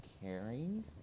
caring